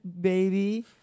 baby